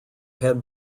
had